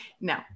no